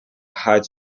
hides